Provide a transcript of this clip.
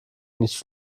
nicht